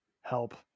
help